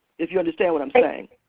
if you understand what i'm saying.